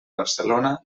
barcelona